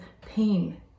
pain